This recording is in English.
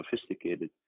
sophisticated